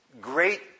great